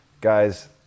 Guys